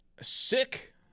sick